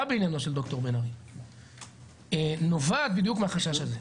בעניינו של ד"ר בן ארי נובעת בדיוק מהחשש הזה.